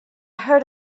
heard